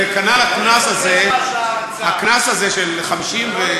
וכנ"ל הקנס הזה של 50,000,